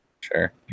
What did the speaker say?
Sure